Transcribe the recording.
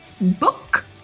book